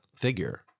Figure